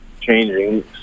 changing